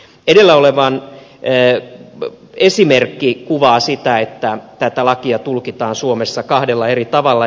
edellä oleva esimerkki kuvaa sitä että tätä lakia tulkitaan suomessa kahdella eri tavalla